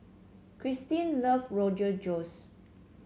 Krystin love Rogan Josh